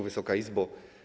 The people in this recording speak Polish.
Wysoka Izbo!